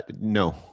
No